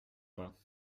pas